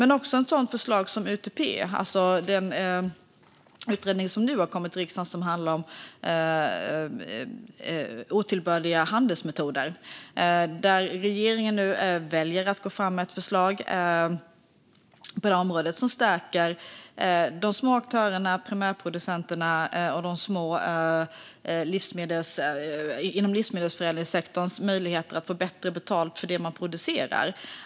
Men vi har också ett sådant förslag som UTP. Det har nu kommit en utredning till riksdagen som handlar om otillbörliga handelsmetoder. Regeringen väljer nu att gå fram med ett förslag på området för att stärka de små aktörerna, primärproducenterna och livsmedelsförädlingssektorns möjligheter att få bättre betalt för det man producerar.